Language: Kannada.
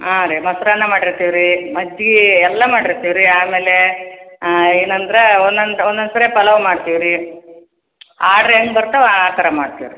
ಹಾಂ ರೀ ಮೊಸರನ್ನ ಮಾಡಿರ್ತಿವಿ ರೀ ಮಜ್ಜಿಗೆ ಎಲ್ಲ ಮಾಡಿರ್ತೀವಿ ರೀ ಆಮೇಲೆ ಏನಂದ್ರೆ ಒಂದ್ ಒಂದ್ ಸರಿ ಪಲಾವ್ ಮಾಡ್ತಿವಿ ರೀ ಆರ್ಡ್ರ್ ಏನು ಬರ್ತವೆ ಆ ಥರ ಮಾಡ್ತಿವಿ ರೀ